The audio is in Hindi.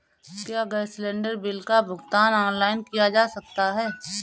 क्या गैस सिलेंडर बिल का भुगतान ऑनलाइन किया जा सकता है?